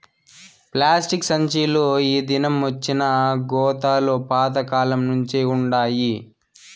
plastic సంచీలు ఈ దినమొచ్చినా గోతాలు పాత కాలంనుంచే వుండాయి